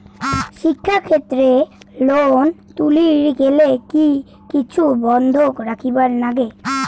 শিক্ষাক্ষেত্রে লোন তুলির গেলে কি কিছু বন্ধক রাখিবার লাগে?